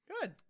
Good